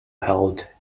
held